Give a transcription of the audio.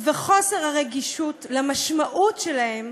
וחוסר הרגישות למשמעות שלהם